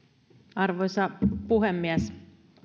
arvoisa puhemies